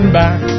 back